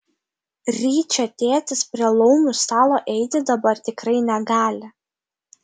ryčio tėtis prie laumių stalo eiti dabar tikrai negali